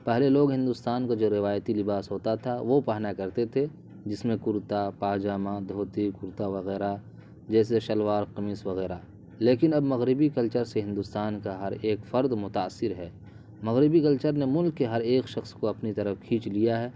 پہلے لوگ ہندوستان کا جو روایتی لباس ہوتا تھا وہ پہنا کرتے تھے جس میں کرتا پاجامہ دھوتی کرتا وغیرہ جیسے شلوار قمیص وغیرہ لیکن اب مغربی کلچر سے ہندوستان کا ہر ایک فرد متاثر ہے مغربی کلچر نے ملک کے ہر ایک شخص کو اپنی طرف کھینچ لیا ہے